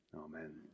Amen